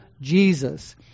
Jesus